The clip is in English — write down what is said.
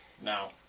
now